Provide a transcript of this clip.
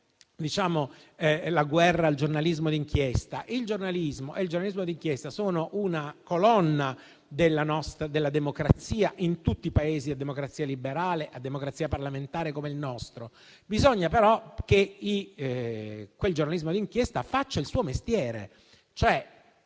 fare la guerra al giornalismo d'inchiesta, che insieme al giornalismo è una colonna della nostra democrazia, in tutti i Paesi a democrazia liberale e parlamentare come il nostro. Bisogna però che quel giornalismo d'inchiesta faccia il suo mestiere.